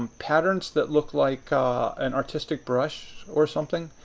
um patterns that look like an artistic brush or something,